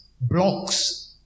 blocks